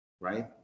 right